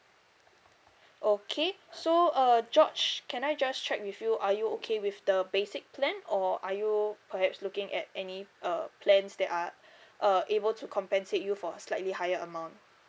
okay so uh george can I just check with you are you okay with the basic plan or are you perhaps looking at any uh plans that are uh able to compensate you for slightly higher amount